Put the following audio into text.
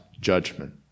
judgment